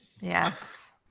Yes